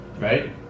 right